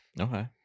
okay